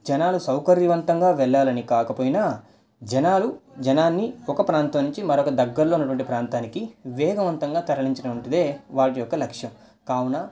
జనాల సౌకర్యవంతంగా వెళ్ళాలని కాకపోయిన జనాలు జనాలని ఒక ప్రాంతం నుంచి మరొక దగ్గరలో ఉన్నటువంటి ప్రాంతానికి వేగవంతంగా తరలించడం వంటిదే వాటి యొక్క లక్ష్యం కావున